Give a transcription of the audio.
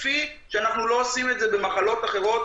כפי שאנחנו לא עושים את זה במחלות אחרות,